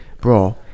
Bro